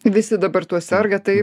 visi dabar tuo serga tai